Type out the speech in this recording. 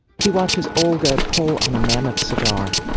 he watches olga pull on a mammoth cigar.